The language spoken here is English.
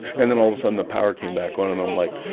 and then all of a sudden the power came back one and i'm like